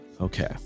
Okay